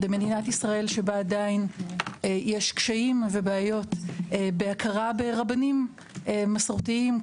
במדינת ישראל שבה עדיין יש קשיים ובעיות בהכרה ברבנים מסורתיים,